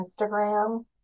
instagram